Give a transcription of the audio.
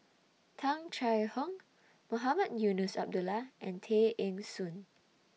Tung Chye Hong Mohamed Eunos Abdullah and Tay Eng Soon